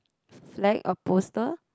flag or poster